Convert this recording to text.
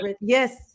yes